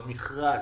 במכרז,